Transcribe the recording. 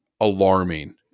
alarming